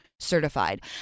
Certified